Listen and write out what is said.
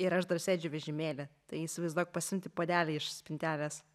ir aš dar sėdžiu vežimėly tai įsivaizduok pasiimti puodelį iš spintelės